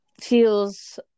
feels